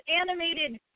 animated